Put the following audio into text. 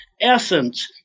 essence